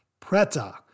Preta